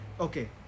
Okay